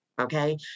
okay